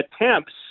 attempts